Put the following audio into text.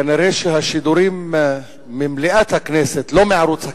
כנראה השידורים ממליאת הכנסת, לא מערוץ הכנסת,